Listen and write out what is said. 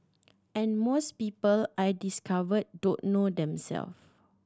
and most people I've discovered don't know themselves